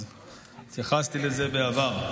התייחסתי לזה בעבר.